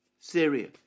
Syria